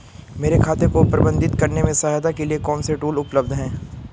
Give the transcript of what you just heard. मेरे खाते को प्रबंधित करने में सहायता के लिए कौन से टूल उपलब्ध हैं?